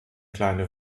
kleine